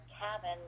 cabin